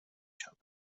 شود